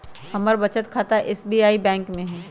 हमर बचत खता एस.बी.आई बैंक में हइ